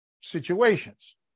situations